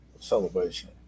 celebration